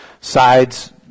sides